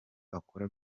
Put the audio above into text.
akora